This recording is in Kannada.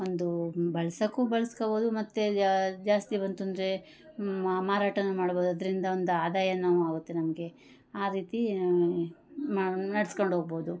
ಒಂದು ಬಳ್ಸೋಕ್ಕು ಬಳಸ್ಕೊಬೌದು ಮತ್ತು ಜಾಸ್ತಿ ಬಂತು ಅಂದರೆ ಮಾರಾಟ ಮಾಡಬೌದು ಅದರಿಂದ ಒಂದು ಆದಾಯ ಆಗುತ್ತೆ ನಮಗೆ ಆ ರೀತಿ ಮಾ ನಡೆಸ್ಕೊಂಡ್ ಹೋಗ್ಬೌದು